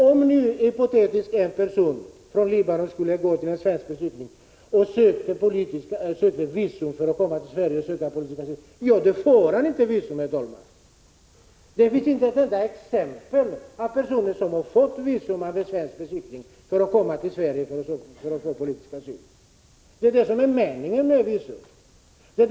Om vi tar det hypotetiska fallet att en person från Libanon går till en svensk beskickning och söker visum för att komma till Sverige och begära politisk asyl, så kan vi konstatera att denna person inte får visum. Det finns, herr talman, inte ett enda exempel på personer som har fått visum av en svensk beskickning för att kunna komma till Sverige och få politisk asyl. Jag upprepar att det är detta som är meningen med visumtvånget.